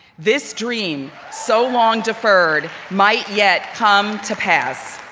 this dream, so long deferred, might yet come to pass.